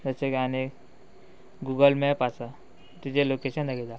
तशे आनी एक गुगल मॅप आसा तिजे लोकेशन दाखयता